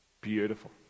beautiful